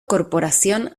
corporación